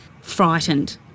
frightened